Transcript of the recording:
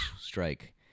Strike